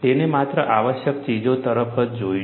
તેણે માત્ર આવશ્યક ચીજો તરફ જ જોયું